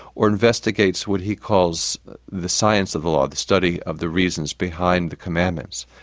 or investigates what he calls the science of the law the study of the reasons behind the commandments.